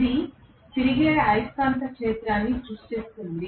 ఇది తిరిగే అయస్కాంత క్షేత్రాన్ని సృష్టిస్తుంది